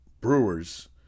Brewers